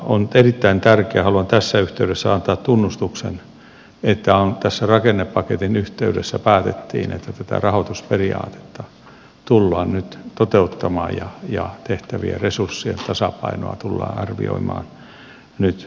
on erittäin tärkeää haluan tässä yhteydessä antaa tunnustuksen että tässä rakennepaketin yhteydessä päätettiin että tätä rahoitusperiaatetta tullaan nyt toteuttamaan ja tehtävien ja resurssien tasapainoa tullaan arvioimaan nyt systemaattisesti